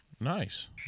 Nice